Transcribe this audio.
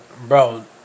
Bro